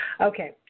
Okay